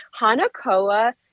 Hanakoa